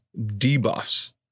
debuffs